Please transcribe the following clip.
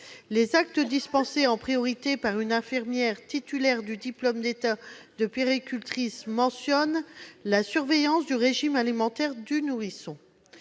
les actes dispensés en priorité par une infirmière titulaire du diplôme d'État de puéricultrice figure « la surveillance du régime alimentaire du nourrisson